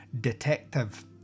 detective